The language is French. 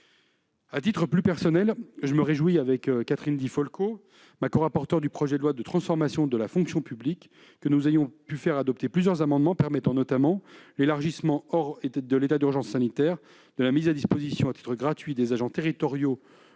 À titre plus personnel, je me réjouis, avec Catherine Di Folco, ma corapporteure du projet de loi de transformation de la fonction publique, que nous ayons pu faire adopter plusieurs amendements visant notamment l'élargissement, hors état d'urgence sanitaire, de la mise à disposition à titre gratuit des agents territoriaux